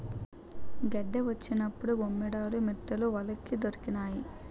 గెడ్డ వచ్చినప్పుడు బొమ్మేడాలు మిట్టలు వలకి దొరికినాయి